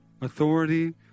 authority